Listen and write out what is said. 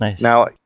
Now